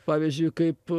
pavyzdžiui kaip